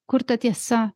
kur ta tiesa